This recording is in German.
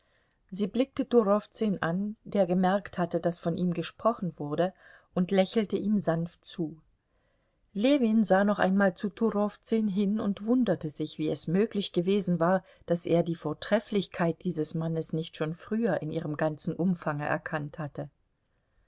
sie blickte turowzün an der gemerkt hatte daß von ihm gesprochen wurde und lächelte ihm sanft zu ljewin sah noch einmal zu turowzün hin und wunderte sich wie es möglich gewesen war daß er die vortrefflichkeit dieses mannes nicht schon früher in ihrem ganzen umfange erkannt hatte